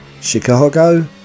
Chicago